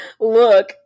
look